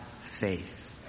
faith